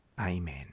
Amen